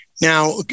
Now